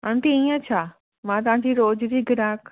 aunty इय छा मां तांजी रोज जी घिराक